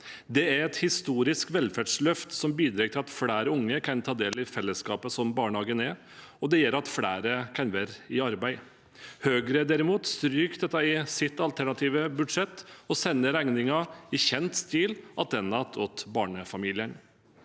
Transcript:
Det er et historisk velferdsløft som bidrar til at flere unger kan ta del i fellesskapet som barnehagen er, og det gjør at flere kan være i arbeid. Høyre, derimot, stryker dette i sitt alternative budsjett, og i kjent stil sender de regningen